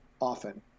often